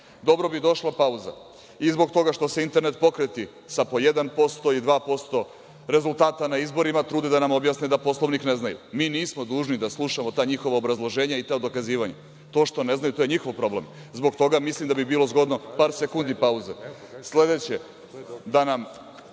Dobro bi došla pauza i zbog toga što se internet pokreti sa po 1% i 2% rezultata na izborima trude da nam objasne da Poslovnik ne znaju. Mi nismo dužni da slušamo ta njihova obrazloženja i ta dokazivanja. To što ne znaju, to je njihov problem. Zbog toga mislim da bi bilo zgodno par sekundi